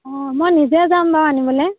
অ' মই নিজে যাম বাৰু আনিবলৈ